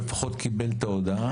אבל לפחות קיבל את ההודעה.